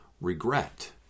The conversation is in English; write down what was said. regret